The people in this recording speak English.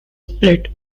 split